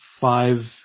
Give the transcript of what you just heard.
five